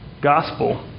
gospel